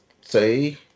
say